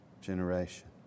generation